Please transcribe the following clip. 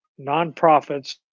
nonprofits